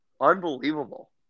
Unbelievable